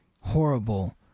horrible